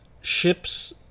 ships